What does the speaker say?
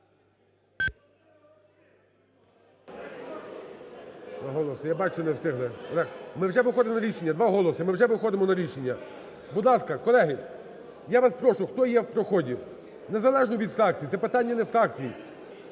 За-224 Я бачу: не встигли. Ми вже виходимо на рішення – два голоси – ми вже виходимо на рішення. Будь ласка, колеги, я вас прошу, хто є в проході, незалежно від фракції, це питання не фракції.